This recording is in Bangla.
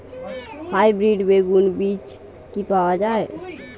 হাইব্রিড বেগুন বীজ কি পাওয়া য়ায়?